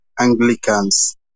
Anglicans